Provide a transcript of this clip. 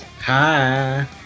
Hi